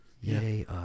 Yay